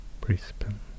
Brisbane